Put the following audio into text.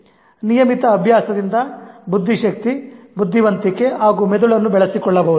ನಿಯಮಿತ ಅಭ್ಯಾಸದಿಂದ ಬುದ್ಧಿಶಕ್ತಿ ಬುದ್ಧಿವಂತಿಕೆ ಹಾಗೂ ಮೆದುಳನ್ನು ಬೆಳೆಸಿಕೊಳ್ಳಬಹುದು